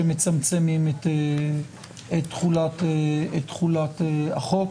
שמצמצמים את תחולת החוק.